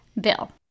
Bill